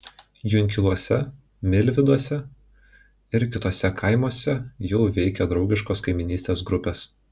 junkiluose milvyduose ir kituose kaimuose jau veikia draugiškos kaimynystės grupės